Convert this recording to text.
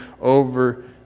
over